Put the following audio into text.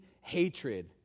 hatred